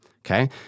Okay